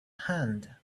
hand